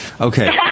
okay